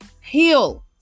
heal